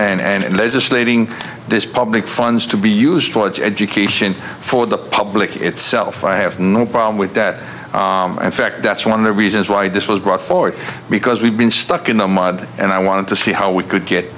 stating this public funds to be used for education for the public itself i have no problem with that in fact that's one of the reasons why this was brought forward because we've been stuck in the mud and i wanted to see how we could get